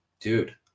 dude